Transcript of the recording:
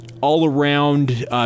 all-around